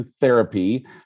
therapy